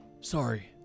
Sorry